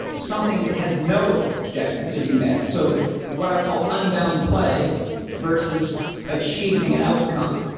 something that has no objective to be met. so what i call unbound play versus achieving an outcome.